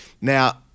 Now